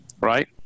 right